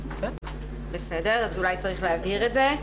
אז אולי צריך להבהיר את זה.